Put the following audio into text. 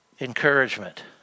Encouragement